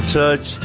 touch